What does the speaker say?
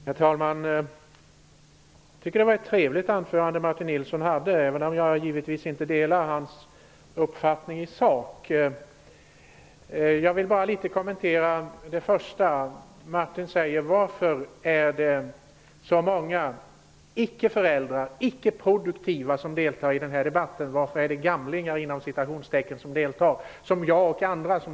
Herr talman! Jag tycker att Martin Nilssons anförande var trevligt, även om jag givetvis inte delar hans uppfattning i sak. Jag vill kommentera hans fråga varför det är så många icke-föräldrar, icke-produktiva och ''gamlingar'' som jag och andra, som deltar i den här debatten.